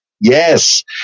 Yes